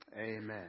Amen